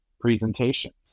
presentations